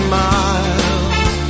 miles